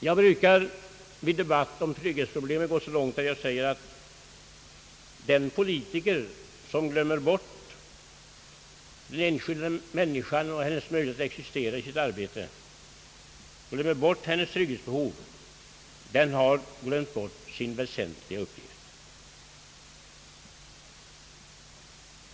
Jag brukar i debat ten om trygghetsproblemen gå så långt att jag säger att den politiker som glömmer bort den enskilda människan och hennes möjligheter att existera i sitt arbete, han har glömt bort sin väsentliga uppgift.